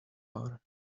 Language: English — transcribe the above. are